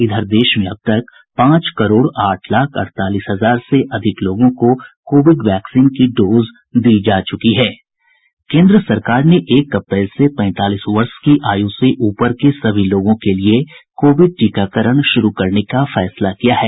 इधर देश में अब तक पांच करोड़ आठ लाख अड़तालीस हजार से अधिक लोगों को कोविड वैक्सीन की डोज दी जा चुकी हैं केंद्र सरकार ने एक अप्रैल से पैंतालीस वर्ष की आयु से ऊपर के सभी लोगों के लिए कोविड टीकाकरण शुरू करने का फैसला किया है